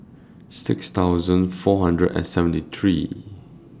six thousand four hundred and seventy three